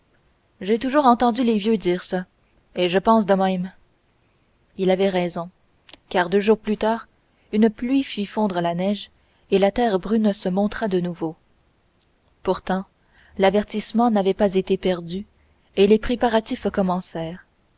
j'ai toujours entendu les vieux dire ça et je pense de même il avait raison car deux jours plus tard une pluie fit fondre la neige et la terre brune se montra de nouveau pourtant l'avertissement n'avait pas été perdu et les préparatifs commencèrent